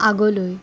আগলৈ